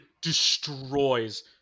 destroys